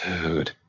Dude